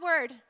word